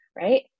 right